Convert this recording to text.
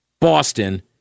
Boston